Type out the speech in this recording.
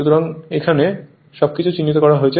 সুতরাং এখানে সবকিছু চিহ্নিত করা হয়েছে